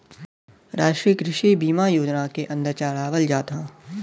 राष्ट्रीय कृषि बीमा योजना के अन्दर चलावल जात हौ